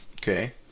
Okay